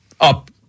up